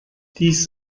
dies